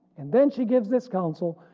and then she gives this counsel.